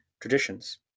traditions